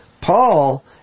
Paul